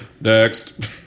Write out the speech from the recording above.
Next